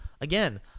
Again